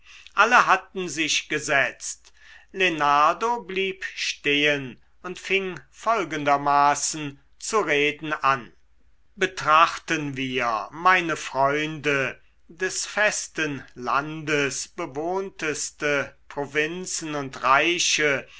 alle hatten sich gesetzt lenardo blieb stehen und fing folgendermaßen zu reden an betrachten wir meine freunde des festen landes bewohnteste provinzen und reiche